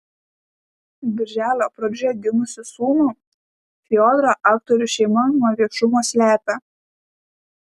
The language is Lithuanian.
birželio pradžioje gimusį sūnų fiodorą aktorių šeima nuo viešumo slepia